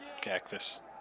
Cactus